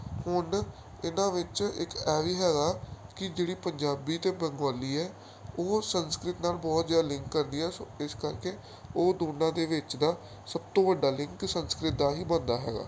ਹੁਣ ਇਹਨਾਂ ਵਿੱਚ ਇੱਕ ਇਹ ਵੀ ਹੈਗਾ ਕਿ ਜਿਹੜੀ ਪੰਜਾਬੀ ਅਤੇ ਬੰਗੋਲੀ ਹੈ ਉਹ ਸੰਸਕ੍ਰਿਤ ਨਾਲ ਬਹੁਤ ਜ਼ਿਆਦਾ ਲਿੰਕ ਕਰਦੀ ਹੈ ਸੋ ਇਸ ਕਰਕੇ ਉਹ ਦੋਨਾਂ ਦੇ ਵਿੱਚ ਦਾ ਸਭ ਤੋਂ ਵੱਡਾ ਲਿੰਕ ਸੰਸਕ੍ਰਿਤ ਦਾ ਹੀ ਬਣਦਾ ਹੈਗਾ